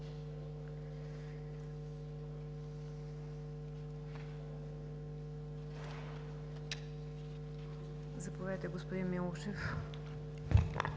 Заповядайте, господин Милушев.